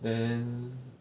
then